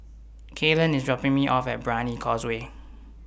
Kylan IS dropping Me off At Brani Causeway